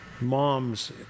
moms